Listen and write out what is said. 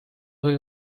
tohi